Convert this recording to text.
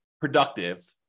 productive